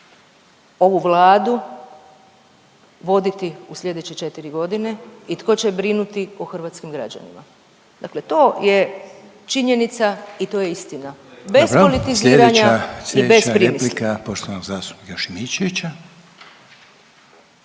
ovu Vladu voditi u slijedeće 4 godine i tko će brinuti o hrvatskim građanima. Dakle to je činjenica i to je istina. …/Upadica Reiner: